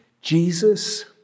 Jesus